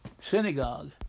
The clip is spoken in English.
synagogue